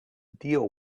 deal